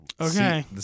Okay